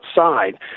outside